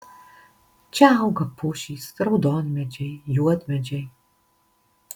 čia auga pušys raudonmedžiai juodmedžiai